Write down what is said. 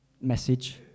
message